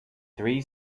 three